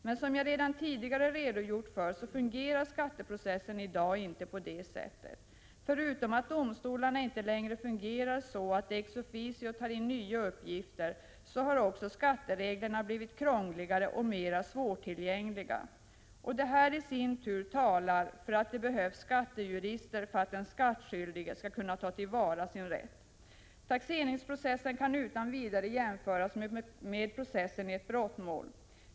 Men som jag redan tidigare har redovisat fungerar skatteprocessen i dag inte på det sättet. Förutom att domstolarna inte längre fungerar så, att de ex officio tar in nya uppgifter, har också skattereglerna blivit krångligare och mera svårtillgängliga. Detta i sin tur talar för att det behövs skattejurister för att den skattskyldige skall kunna ta till vara sin rätt. Taxeringsprocessen kan utan vidare jämföras med processen i brottmål.